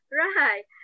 right